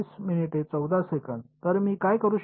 विद्यार्थीः तर मी काय करू शकतो